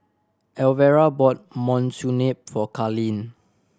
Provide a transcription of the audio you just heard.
Alvera bought Monsunabe for Carlene